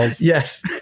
Yes